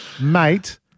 Mate